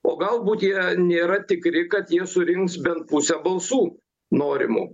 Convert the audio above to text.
o galbūt jie nėra tikri kad jie surinks bent pusę balsų norimų